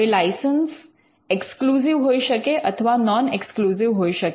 હવે licence exclusive હોઈ શકે અથવા નૉન એક્સક્લૂસિવ હોઈ શકે